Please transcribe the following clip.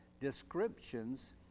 descriptions